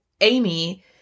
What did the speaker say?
Amy